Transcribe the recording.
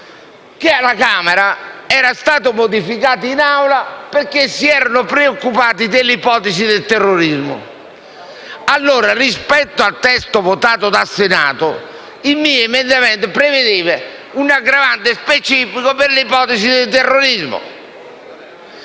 il testo era stato modificato in Assemblea perché si erano preoccupati dell'ipotesi del terrorismo. Allora, rispetto al testo votato dal Senato, il mio emendamento prevedeva un aggravante specifica per l'ipotesi del terrorismo,